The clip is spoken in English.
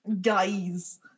guys